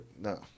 no